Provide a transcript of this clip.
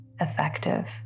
effective